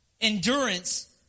endurance